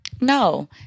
no